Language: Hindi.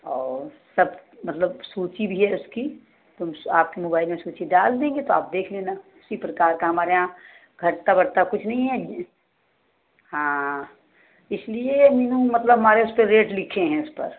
और सब मतलब सूची भी है उसकी तो आपके मोबाइल में सुची डाल देंगे तो आप देख लेना उसी प्रकार का हमारे यहाँ घटता बढ़ता कुछ नहीं है हाँ इसलिए मीनू मतलब हमारे उसपर रेट लिखे हैं उस पर